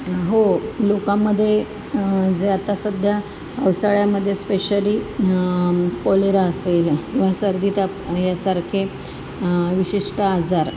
हो लोकांमध्ये जे आता सध्या पावसाळ्यामध्ये स्पेशली कोलेरा असेल किंवा सर्दी ताप ह्यासारखे विशिष्ट आजार